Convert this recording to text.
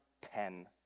pen